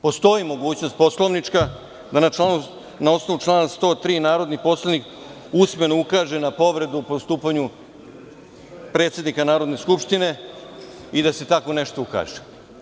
Postoji poslovnička mogućnost da na osnovu člana 103. narodni poslanik usmeno ukaže na povredu u postupanju predsednika Narodne skupštine i da se tako nešto ukaže.